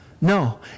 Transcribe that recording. no